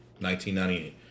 1998